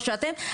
עוד שעתיים,